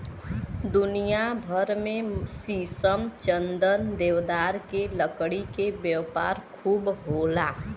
दुनिया भर में शीशम, चंदन, देवदार के लकड़ी के व्यापार खूब होला